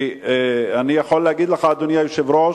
כי אני יכול להגיד לך, אדוני היושב-ראש,